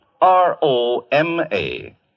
R-O-M-A